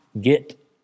get